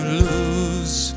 lose